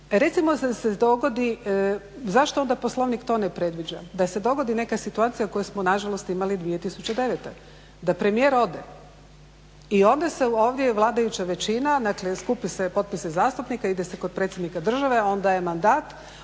Recimo da se dogodi, zašto onda Poslovnik to ne predviđa, da se dogodi neka situacija koju smo nažalost imali 2009. da premijer ode i onda se vladajuća većina, dakle skupe se potpisi zastupnika, ide se kod predsjednika države on daje mandat